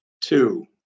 two